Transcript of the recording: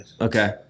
Okay